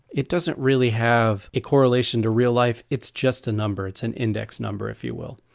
it doesn't really have a correlation to real-life, it's just a number it's an index number if you will,